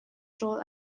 rawl